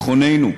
לביטחוננו,